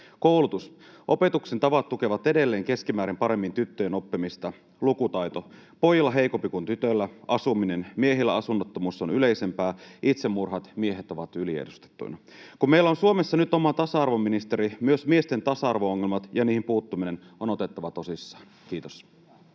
Koulutus: opetuksen tavat tukevat edelleen keskimäärin paremmin tyttöjen oppimista. Lukutaito: pojilla heikompi kuin tytöillä. Asuminen: miehillä asunnottomuus on yleisempää. Itsemurhat: miehet ovat yliedustettuina. Kun meillä on Suomessa nyt oma tasa-arvoministeri, myös miesten tasa-arvo-ongelmat ja niihin puuttuminen on otettava tosissaan. — Kiitos.